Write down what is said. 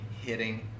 hitting